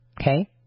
okay